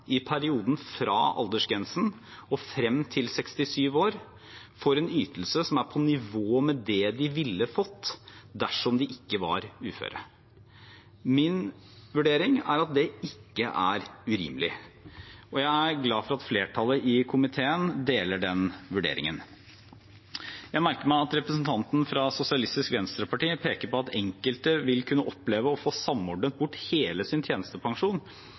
i perioden fra aldersgrensen og frem til 67 år får en ytelse som er på nivå med det de ville fått dersom de ikke var uføre? Min vurdering er at det ikke er urimelig, og jeg er glad for at flertallet i komiteen deler den vurderingen. Jeg merker meg at representanten fra Sosialistisk Venstreparti peker på at enkelte vil kunne oppleve å få samordnet bort hele sin tjenestepensjon